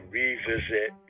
revisit